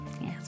yes